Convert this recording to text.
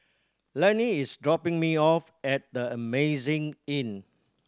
Lenny is dropping me off at The Amazing Inn